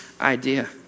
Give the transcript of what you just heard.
idea